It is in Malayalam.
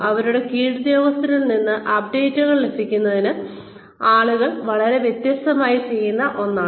അവരുടെ കീഴുദ്യോഗസ്ഥരിൽ നിന്ന് അപ്ഡേറ്റുകൾ ലഭിക്കുന്നത് ആളുകൾ വളരെ വ്യത്യസ്തമായി ചെയ്യുന്ന ഒന്നാണ്